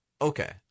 Okay